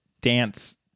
dance